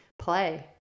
play